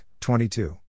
22